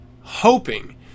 hoping